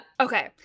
okay